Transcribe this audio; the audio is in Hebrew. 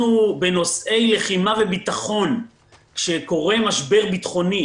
בנושאי לחימה וביטחון כשקורה משבר ביטחוני